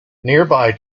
nearby